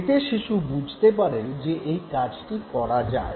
এতে শিশু বুঝতে পারে যে এই কাজটি করা যায়